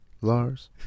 Lars